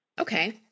Okay